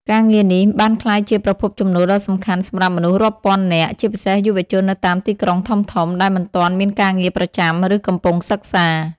ការងារនេះបានក្លាយជា ប្រភពចំណូលដ៏សំខាន់ សម្រាប់មនុស្សរាប់ពាន់នាក់ ជាពិសេសយុវជននៅតាមទីក្រុងធំៗ ដែលមិនទាន់មានការងារប្រចាំ ឬកំពុងសិក្សា។